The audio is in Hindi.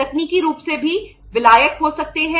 आप तकनीकी रूप से भी विलायक हो सकते हैं